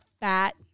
fat